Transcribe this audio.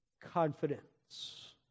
confidence